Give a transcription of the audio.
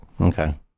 Okay